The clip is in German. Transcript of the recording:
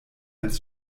als